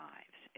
Lives